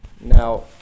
Now